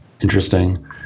interesting